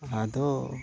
ᱟᱫᱚ